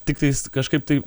tiktai kažkaip tai